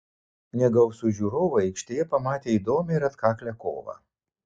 negausūs žiūrovai aikštėje pamatė įdomią ir atkaklią kovą